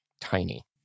tiny